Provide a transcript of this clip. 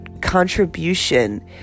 contribution